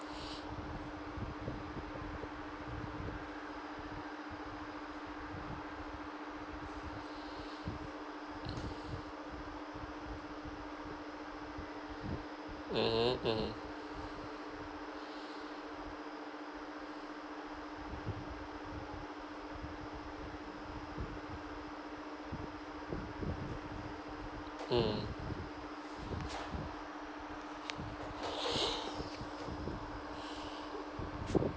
mmhmm mmhmm mm